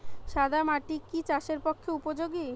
সাদা মাটি কি চাষের পক্ষে উপযোগী?